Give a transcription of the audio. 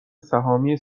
سهامی